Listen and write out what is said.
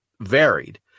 varied